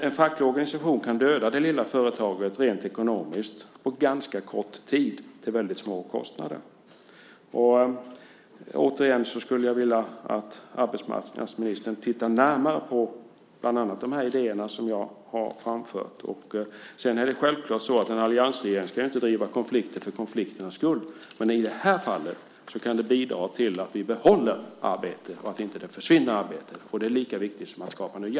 En facklig organisation kan nämligen döda det lilla företaget rent ekonomiskt på ganska kort tid till väldigt små kostnader. Återigen skulle jag vilja att arbetsmarknadsministern tittar närmare på bland annat de idéer som jag har framfört. Sedan ska en alliansregering självklart inte driva konflikter för konflikternas skull. Men i det här fallet kan det bidra till att vi behåller arbeten och att det inte försvinner arbeten. Det är lika viktigt som att skapa nya.